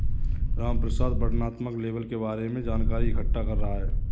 रामप्रसाद वर्णनात्मक लेबल के बारे में जानकारी इकट्ठा कर रहा है